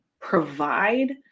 provide